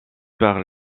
par